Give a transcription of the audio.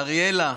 ואריאלה,